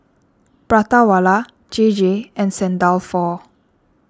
Prata Wala J J and Saint Dalfour